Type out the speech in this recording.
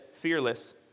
fearless